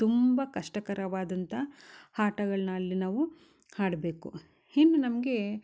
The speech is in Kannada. ತುಂಬ ಕಷ್ಟಕರವಾದಂಥ ಆಟಗಳನ್ನ ಅಲ್ಲಿ ನಾವು ಆಡ್ಬೇಕು ಇನ್ನು ನಮಗೆ